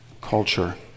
culture